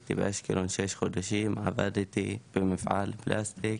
הייתי באשקלון שישה חודשים, עבדתי במפעל פלסטיק